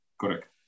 correct